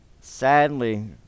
Sadly